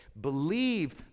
Believe